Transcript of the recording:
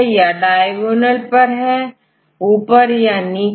यह डायगोनल पर है या उसके ऊपर या नीचे